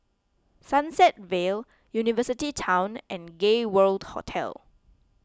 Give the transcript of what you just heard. Sunset Vale University Town and Gay World Hotel